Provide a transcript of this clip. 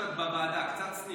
20 שניות את בוועדה, קצת צניעות.